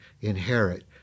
inherit